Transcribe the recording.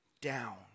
down